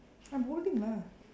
I'm holding lah